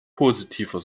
positiver